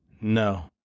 No